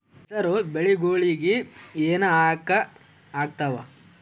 ಹೆಸರು ಬೆಳಿಗೋಳಿಗಿ ಹೆನ ಯಾಕ ಆಗ್ತಾವ?